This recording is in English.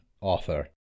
author